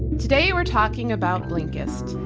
today we're talking about blinkist.